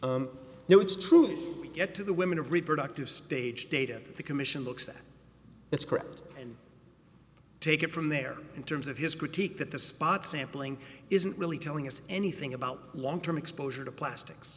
know it's true yet to the women of reproductive stage data the commission looks at that's correct and take it from there in terms of his critique that the spot sampling isn't really telling us anything about long term exposure to plastics